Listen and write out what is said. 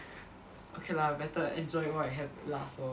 okay lah better enjoy what you have last lor